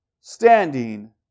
standing